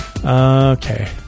Okay